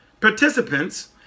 participants